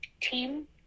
team